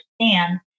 understand